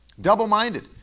Double-minded